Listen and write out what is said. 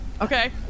Okay